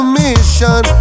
mission